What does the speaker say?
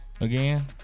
again